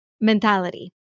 mentality